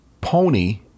pony